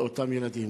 לאותם ילדים.